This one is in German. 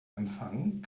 empfang